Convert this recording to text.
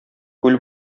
күл